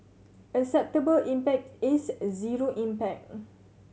acceptable impact is a zero impact